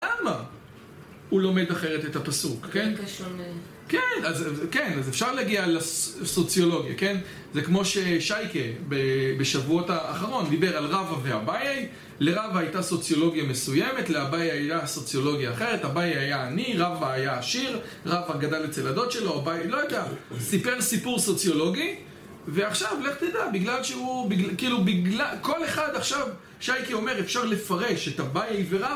למה הוא לומד אחרת את הפסוק, כן? בהיקש שונה. כן, אז אפשר להגיע לסוציולוגיה, כן? זה כמו ששייקה בשבועות האחרון דיבר על רבא ואביי, לרבא הייתה סוציולוגיה מסוימת לאביי הייתה סוציולוגיה אחרת אביי היה עני, רבא היה עשיר, רבא גדל אצל הדוד שלו, אביי- לא יודע, סיפר סיפור סוציולוגי, ועכשיו, לך תדע, בגלל שהוא, כאילו בגלל, כל אחד עכשיו, שייקה אומר, אפשר לפרש את אביי ורבא